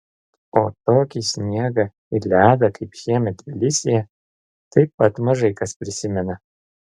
o tokį sniegą ir ledą kaip šiemet tbilisyje taip pat mažai kas prisimena